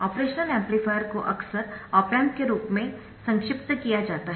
operational amplifier को अक्सर op amp के रूप में संक्षिप्त किया जाता है